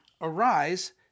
Arise